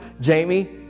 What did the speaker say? Jamie